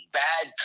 bad